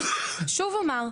אני שוב אומר,